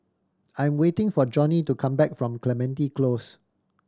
I am waiting for Johnie to come back from Clementi Close